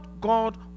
God